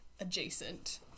adjacent